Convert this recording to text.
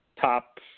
top